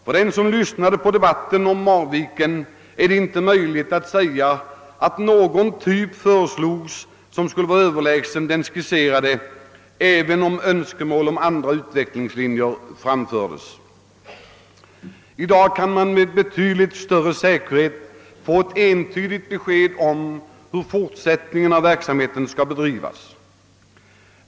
För den som lyssnade på debatten om Marviken är det inte möjligt att säga att någon ny typ föreslogs, som skulle vara överlägsen den skisserade, även om önskemål om andra utvecklingslinjer framfördes. I dag kan man med betydligt större säkerhet få ett entydigt besked om hur den fortsatta verksamheten skall bedrivas.